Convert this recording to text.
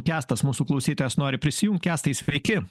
kęstas mūsų klausytojas nori prisijungt kęstai sveiki